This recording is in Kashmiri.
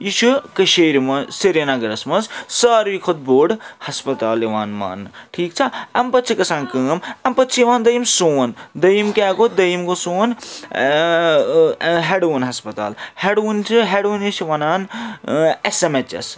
یہِ چھُ کٔشیٖرِ منٛز سرینگرَس منٛز سارِوٕے کھۄتہٕ بوٚڈ ہَسپَتال یِوان ماننہٕ ٹھیٖک چھا اَمہِ پَتہٕ چھِ گژھان کٲم اَمہِ پَتہٕ چھِ یِوان دوٚیِم سون دوٚیِم کیٛاہ گوٚو دوٚیِم گوٚو سون ہٮ۪ڈون ہَسپَتال ہٮ۪ڈوُن چھِ ہٮ۪ڈوُنِس چھِ وَنان اٮ۪س اٮ۪م اٮ۪چ اٮ۪س